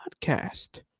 podcast